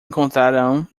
encontraram